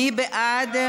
מי בעד?